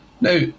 Now